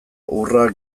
hurra